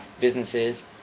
businesses